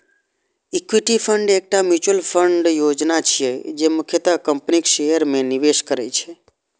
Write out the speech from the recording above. equity fund एकटा mutual fund योजना छियै, जे मुख्यतः कंपनीक शेयर मे निवेश करै छै